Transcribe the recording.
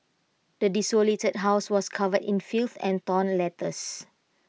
the desolated house was covered in filth and torn letters